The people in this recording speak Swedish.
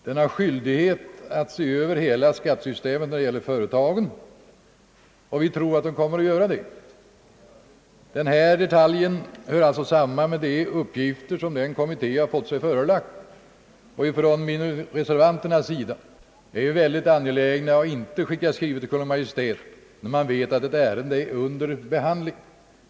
Den har skyldighet att se över hela skattesystemet när det gäller företagen, och vi tror att den kommer att göra det. Denna debatt hör alltså samman med de uppgifter som företagsskatteutredningen har fått sig förelagda. Reservanterna anser det därför mycket angeläget att inte skicka en skrivelse till Kungl. Maj:t, eftersom vi vet att denna utredning har ärendet under behandling.